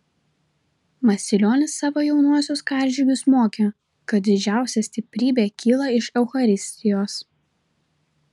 masilionis savo jaunuosius karžygius mokė kad didžiausia stiprybė kyla iš eucharistijos